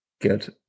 Good